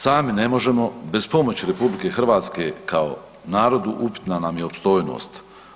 Sami ne možemo, bez pomoći RH kao narodu upitna nam je opstojnost.